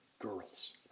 girls